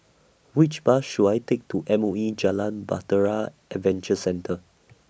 Which Bus should I Take to M O E Jalan Bahtera Adventure Centre